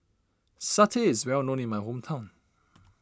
Satay is well known in my hometown